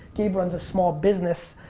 gabe runs a small business.